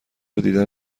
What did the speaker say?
دیدن